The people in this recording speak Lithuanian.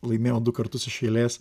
laimėjau du kartus iš eilės